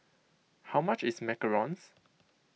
how much is macarons